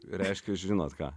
reiškia žinot ką